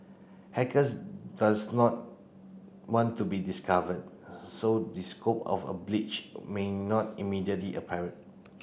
hackers does not want to be discovered so the scope of a breach may not immediately apparent